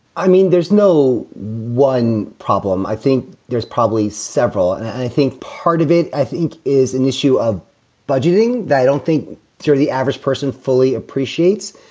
i mean, there's no one problem. i think there's probably several. i think part of it, i think, is an issue of budgeting. i don't think sort of the average person fully appreciates.